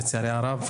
לצערי הרב.